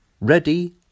Ready